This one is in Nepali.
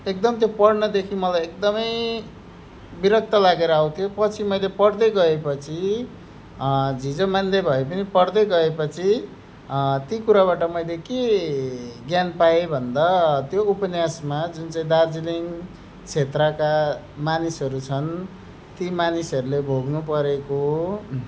एकदम त्यो पढ्नदेखि मलाई एकदमै विरक्त लागेर आउँथ्यो पछि मैले पढ्दै गए पछि झिँजो मान्दै भए पनि पढ्दै गए पछि ती कुराबाट मैले के ज्ञान पाएँ भन्दा त्यो उपन्यासमा जुन चाहिँ दार्जिलिङ क्षेत्रका मानिसहरू छन् ती मानिसहरूले भोग्नु परेको